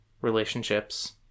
relationships